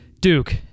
Duke